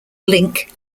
link